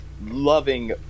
loving